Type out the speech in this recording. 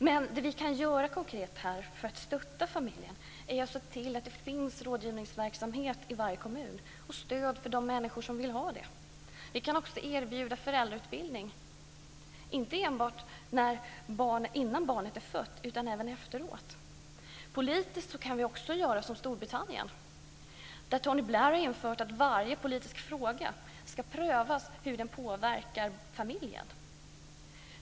Men det vi konkret kan göra för att stötta familjen är att se till att det finns rådgivningsverksamhet i varje kommun och stöd för de människor som vill ha det. Vi kan också erbjuda föräldrautbildning inte enbart innan barnet är fött utan även efteråt. Politiskt kan vi också göra som Storbritannien. Där har Tony Blair infört att varje politisk fråga ska prövas utifrån hur den påverkar familjen.